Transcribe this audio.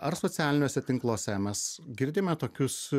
ar socialiniuose tinkluose mes girdime tokius